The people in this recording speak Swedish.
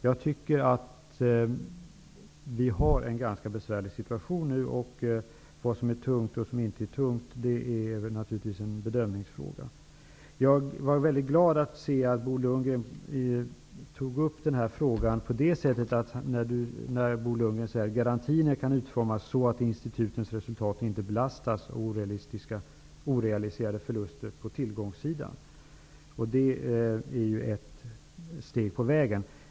Jag anser att vi nu har en ganska besvärlig situation, och vad som är tungt och vad som inte är tungt är naturligtvis en bedömningsfråga. Jag är mycket glad att Bo Lundgren tog upp den här frågan på ett sådant sätt att han säger: ''Garantierna kan utformas så att institutens resultat inte belastas av orealiserade förluster på tillgångarna.'' Det är ett steg på vägen.